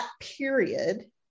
period